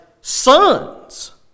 sons